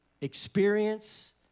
experience